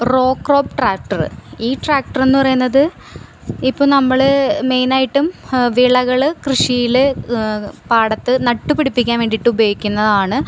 raw crop tractor ഈ ട്രാക്ടറെന്നു പറയുന്നത് ഇപ്പോള് നമ്മള് മെയിനായിട്ടും വിളകള് കൃഷിയില് പാടത്ത് നട്ടു പിടിപ്പിക്കാൻ വേണ്ടിയിട്ട് ഉപയോഗിക്കുന്നതാണ്